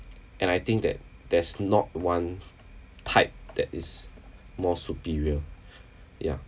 and I think that there's not one type that is more superior ya